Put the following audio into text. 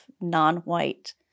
non-white